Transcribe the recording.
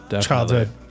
childhood